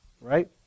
right